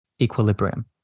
equilibrium